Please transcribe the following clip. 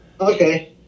okay